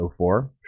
04